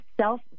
self